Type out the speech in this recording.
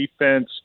defense